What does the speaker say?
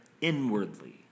inwardly